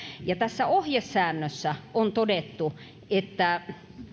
ja tässä ohjesäännössä on todettu että